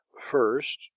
first